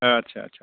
आदचा आदचा